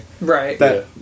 Right